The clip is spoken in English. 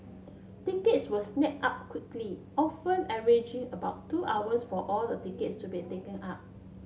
tickets were snap up quickly often averaging about two hours for all the tickets to be taken up